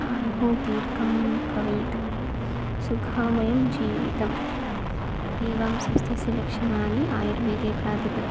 आयुः दीर्घं भवेत् सुखमयं जीवितम् एवं स्वास्थ्यस्य लक्षणानि आयुर्वेदे प्रतिपादितं